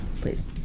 Please